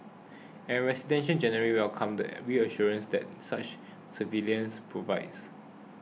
and residents generally welcome the reassurance that such surveillance provides